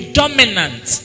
dominant